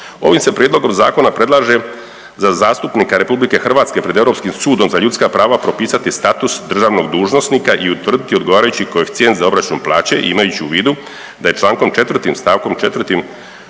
ovim se Prijedlogom zakona predlaže za zastupnika RH pred Europskim sudom za ljudska prava propisati status državnog dužnosnika i utvrditi odgovarajući koeficijent za obračun plaće imajući u vidu da je čl. 4 st. 4